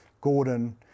Gordon